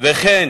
וכן